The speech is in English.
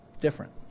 different